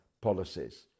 policies